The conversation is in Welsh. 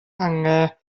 angau